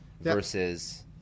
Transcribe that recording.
versus